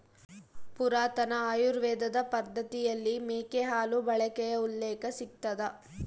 ಪುರಾತನ ಆಯುರ್ವೇದ ಪದ್ದತಿಯಲ್ಲಿ ಮೇಕೆ ಹಾಲು ಬಳಕೆಯ ಉಲ್ಲೇಖ ಸಿಗ್ತದ